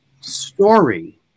story